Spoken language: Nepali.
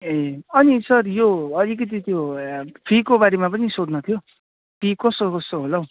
ए अनि सर यो अलिकति त्यो फीको बारेमा पनि सोध्नु थ्यो फी कोसो कोसो होला हौ